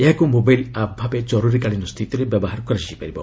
ଏହାକୁ mobile app ଭାବେ ଜରୁରିକାଳୀନ ସ୍ଥିତିରେ ବ୍ୟବହାର କରାଯାଇ ପାରିବ